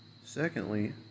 Secondly